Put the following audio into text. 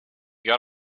got